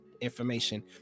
information